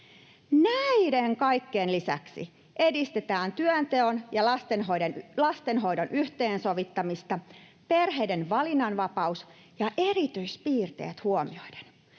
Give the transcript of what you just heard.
Näiden kaikkien lisäksi edistetään työnteon ja lastenhoidon yhteensovittamista perheiden valinnanvapaus ja erityispiirteet huomioiden.